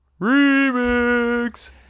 Remix